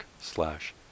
slash